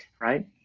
Right